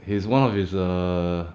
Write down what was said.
his one of his err